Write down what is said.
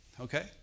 Okay